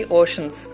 oceans